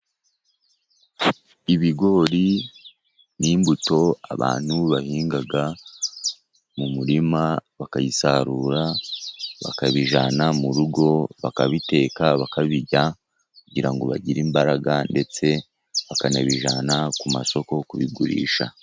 Ibigori ni imbuto abantu bahinga mu murima, bakayisarura bakabijyana mu rugo, bakabiteka bakabirya kugira ngo bagire imbaraga. Ndetse bakanabijyana ku masoko kubigurisha.